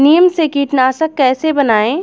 नीम से कीटनाशक कैसे बनाएं?